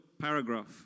paragraph